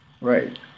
Right